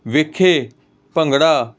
ਵੇਖੇ ਭੰਗੜਾ